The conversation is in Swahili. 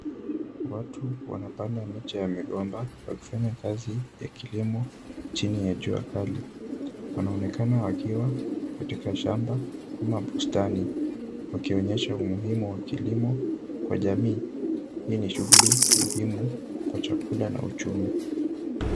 Watu wanapanda miche ya migomba, wakifanya kazi ya kilimo chini ya jua kali. Wanaonekana wakiwa katika shamba ama bustani, wakionyesha umuhimu wa kilimo kwa jamii. Hii ni shughuli muhimu kwa chakula na uchumi.